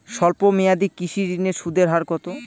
স্বল্প মেয়াদী কৃষি ঋণের সুদের হার কত?